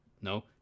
No